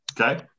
Okay